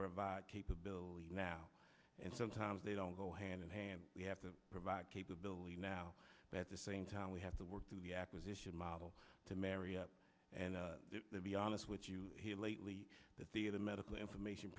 provide capability now and sometimes they don't go hand in hand we have to provide capability now but at the same time we have to work through the acquisition model to marry up and to be honest with you lately that the in the medical information